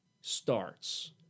starts